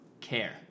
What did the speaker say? care